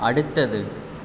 அடுத்தது